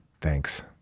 Thanks